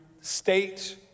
state